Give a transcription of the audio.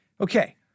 Okay